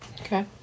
Okay